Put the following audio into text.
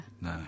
No